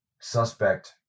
suspect